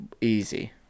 Easy